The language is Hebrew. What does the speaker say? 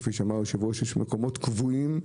כפי שאמר היושב-ראש, יש מקומות קבועים.